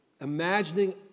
imagining